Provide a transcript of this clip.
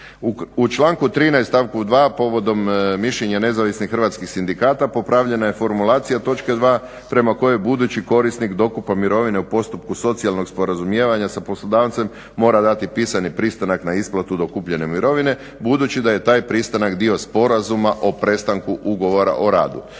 U članku 13. stavku 2. povodom mišljenja Nezavisnih hrvatskih sindikata popravljena je formulacija točke 2. prema kojoj budući korisnik dokupa mirovine u postupku socijalnog sporazumijevanja sa poslodavcem mora dati pisani pristanak na isplatu dokupljene mirovine budući da je taj pristanak dio Sporazuma o prestanku ugovora o radu.